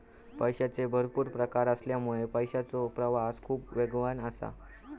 पैशाचे भरपुर प्रकार असल्यामुळा पैशाचो प्रवाह खूप वेगवान असा